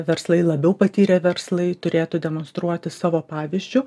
verslai labiau patyrę verslai turėtų demonstruoti savo pavyzdžiu